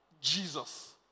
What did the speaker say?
Jesus